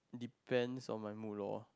depends on my mood lor